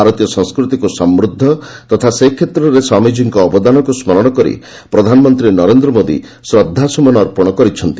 ଭାରତୀୟ ସଂସ୍କୃତିକୁ ସମୃଦ୍ଧ ତଥା ସେ କ୍ଷେତ୍ରରେ ସ୍ୱାମୀଜୀଙ୍କ ଅବଦାନକୁ ସ୍କରଣ କରି ପ୍ରଧାନମନ୍ତ୍ରୀ ନରେନ୍ଦ୍ର ମୋଦି ଶ୍ରଦ୍ଧାସୁମନ ଅର୍ପଣ କରିଛନ୍ତି